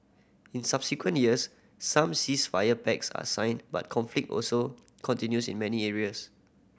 in subsequent years some ceasefire pacts are signed but conflict also continues in many areas